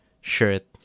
shirt